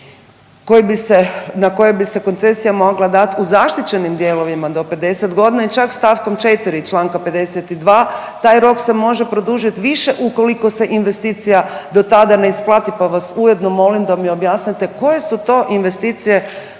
na koje bi se koncesija mogla dat u zaštićenim dijelovima do 50 godina i čak st. 4. čl. 52. taj rok se može produžit više ukoliko se investicija do tada ne isplati, pa vas ujedno molim da mi objasnite koje su to investicije